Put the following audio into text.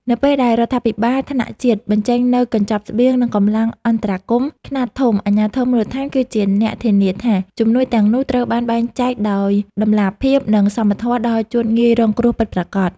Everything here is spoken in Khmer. នៅពេលដែលរដ្ឋាភិបាលថ្នាក់ជាតិបញ្ចេញនូវកញ្ចប់ស្បៀង និងកម្លាំងអន្តរាគមន៍ខ្នាតធំ អាជ្ញាធរមូលដ្ឋានគឺជាអ្នកធានាថាជំនួយទាំងនោះត្រូវបានបែងចែកដោយតម្លាភាព និងសមធម៌ដល់ជនងាយរងគ្រោះពិតប្រាកដ។